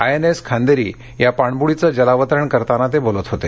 I N S Khanderi या पाणबुडीचं जलावरण करताना ते बोलत होते